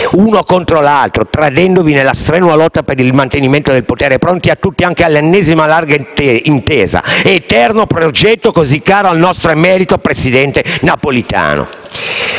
uno contro l'altro, tradendovi nella strenua lotta per il mantenimento del potere, pronti a tutto, anche all'ennesima larga intesa, eterno progetto così caro al nostro emerito presidente Napolitano.